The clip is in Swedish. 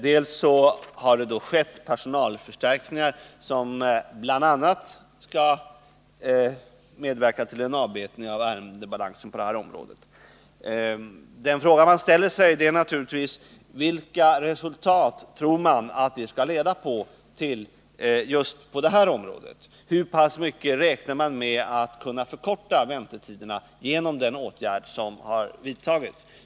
Det har skett personalförstärkningar som skall medverka till bl.a. en avbetning av ärendebalansen på det här området. Den fråga man ställer sig då är naturligtvis: Vilka resultat tror man detta skall leda till just på det här området? Hur pass mycket räknar man med att kunna förkorta väntetiderna genom den åtgärd som vidtagits?